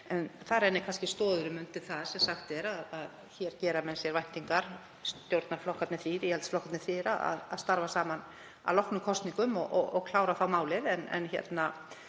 En það rennir kannski stoðum undir það sem sagt er að hér gera menn sér væntingar, stjórnarflokkarnir, íhaldsflokkarnir þrír, að starfa saman að loknum kosningum og klára málið. En þetta